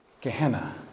Gehenna